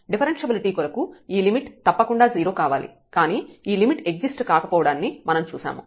differentiability కొరకు ఈ limit తప్పకుండా 0 కావాలి కానీ ఈ లిమిట్ ఎగ్జిస్ట్ కాకపోవడాన్ని మనం చూశాము